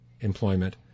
employment